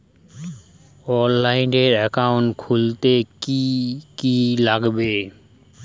অনলাইনে একাউন্ট খুলতে কি কি লাগবে?